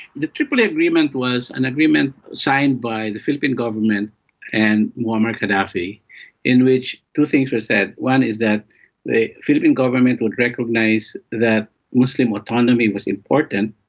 the tripoli agreement was an agreement signed by the philippine government and muammar gaddafi in which two things were said. one is that the philippine government would recognise that muslim autonomy was important,